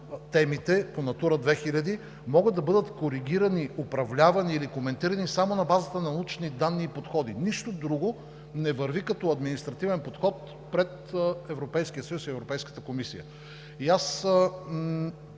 темите по „Натура 2000“ могат да бъдат коригирани, управлявани или коментирани само на базата на научни данни и подходи – нищо друго не върви като административен подход пред Европейския съюз и Европейската комисия. И аз